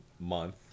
month